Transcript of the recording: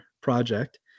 project